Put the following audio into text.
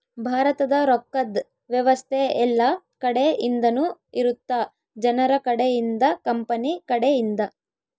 ಭಾರತದ ರೊಕ್ಕದ್ ವ್ಯವಸ್ತೆ ಯೆಲ್ಲ ಕಡೆ ಇಂದನು ಇರುತ್ತ ಜನರ ಕಡೆ ಇಂದ ಕಂಪನಿ ಕಡೆ ಇಂದ